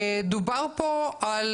דובר פה על